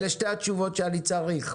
אלה שתי התשובות שאני צריך,